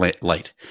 light